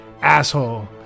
asshole